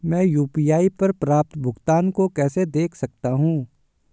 मैं यू.पी.आई पर प्राप्त भुगतान को कैसे देख सकता हूं?